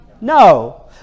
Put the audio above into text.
No